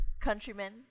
countrymen